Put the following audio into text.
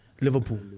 Liverpool